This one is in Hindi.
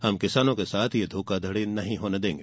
हम किसानों के साथ यह धोखाधड़ी नहीं होने देंगे